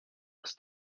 aus